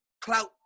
clout